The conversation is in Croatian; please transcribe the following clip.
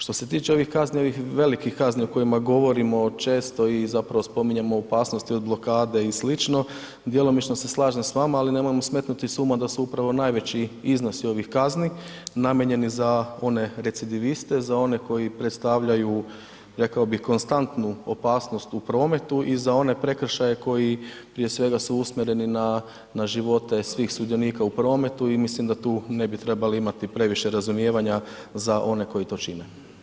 Što se tiče ovih kazni, ovih veliki kazni o kojima govorimo često i zapravo spominjemo opasnosti od blokade i slično, djelomično se slažem s vama ali nemojmo smetnuti s uma da su upravo najveći iznosi ovih kazni namijenjeni za one recidiviste, za one koji predstavljaju rekao bih konstantnu opasnost u prometu i za one prekršaje koji prije svega su usmjereni na svih sudionika u prometu i mislim da tu ne bi trebali imati previše razumijevanja za one koji to čine.